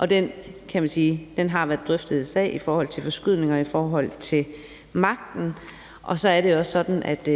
Det har været drøftet i forhold til forskydning af magten, og så er det også sådan, at